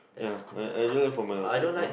ya I I don't wear for my Lasik you know